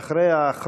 ואחריה,